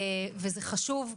וזה חשוב.